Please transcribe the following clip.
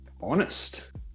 honest